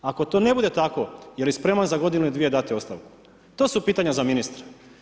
Ako to ne bude tako jer je spreman za godinu i dvije dati ostavku, to su pitanja za ministra.